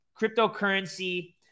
cryptocurrency